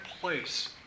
place